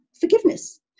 forgiveness